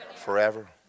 forever